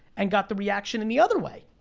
and got the reaction in the other way.